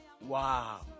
Wow